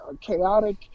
chaotic